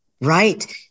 Right